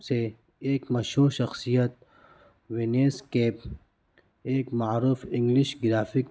سے ایک مشہور شخصیت وینیس کیپ ایک معروف انگلش گرافک